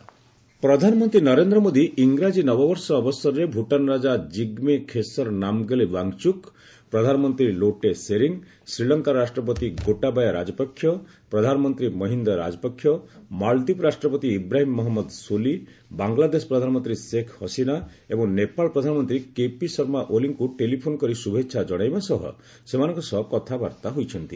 PM world leaders ପ୍ରଧାନମନ୍ତ୍ରୀ ନରେନ୍ଦ୍ର ମୋଦି ଇଂରାଜୀ ନବବର୍ଷ ଅବସରରେ ଭ୍ରଟାନ୍ ରାଜା ଜିଗ୍ମେ ଖେସର୍ ନାମ୍ଗେଲ୍ ୱାଙ୍ଗ୍ଚୁକ୍ ପ୍ରଧାନମନ୍ତ୍ରୀ ଲୋଟେ ସେରିଙ୍ଗ୍ ଶ୍ରୀଲଙ୍କାର ରାଷ୍ଟ୍ରପତି ଗୋଟାବାୟ ରାଜପକ୍ଷ ପ୍ରଧାନମନ୍ତ୍ରୀ ମହିନ୍ଦ ରାଜପକ୍ଷ ମାଳଦ୍ୱୀପ ରାଷ୍ଟ୍ରପତି ଇବ୍ରାହିମ୍ ମହମ୍ମଦ ଶୋଲି ବାଂଲାଦେଶ ପ୍ରଧାନମନ୍ତ୍ରୀ ଶେଖ୍ ହସିନା ଏବଂ ନେପାଳ ପ୍ରଧାନମନ୍ତ୍ରୀ କେପି ଶର୍ମା ଓଲିଙ୍କୁ ଟେଲିଫୋନ୍ କରି ଶ୍ରଭେଚ୍ଛା ଜଣାଇବା ସହ ସେମାନଙ୍କ ସହ କଥାବାର୍ତ୍ତା ହୋଇଛନ୍ତି